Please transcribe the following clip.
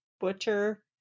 Butcher